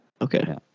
okay